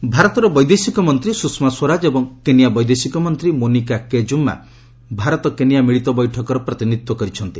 India Kenya ଭାରତର ବୈଦେଶିକ ମନ୍ତ୍ରୀ ସୁଷମା ସ୍ୱରାଜ ଏବଂ କେନିଆ ବୈଦେଶିକ ମନ୍ତ୍ରୀ Monica K Juma Bharat Kenya ମିଳିତ ବୈଠକର ପ୍ରତିନିଧିତ୍ୱ କରିଛନ୍ତି